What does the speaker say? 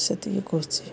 ସେତିକି କହୁଛି